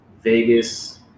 Vegas